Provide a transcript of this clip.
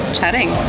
chatting